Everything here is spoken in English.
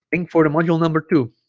thing for the module number two